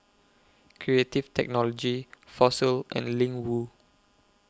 Creative Technology Fossil and Ling Wu